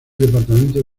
departamento